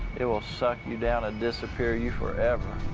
it will suck you down and disappear you forever.